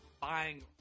buying